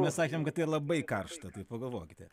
mes sakėm kad tai labai karšta tai pagalvokite